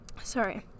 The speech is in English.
Sorry